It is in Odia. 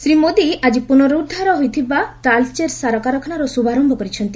ଶ୍ରୀ ମୋଦି ଆଜି ପୁନର୍ଦ୍ଧାର ହୋଇଥବା ତାଳଚେର ସାର କାରଖାନାର ଶ୍ରଭାରମ୍ଭ କରିଛନ୍ତି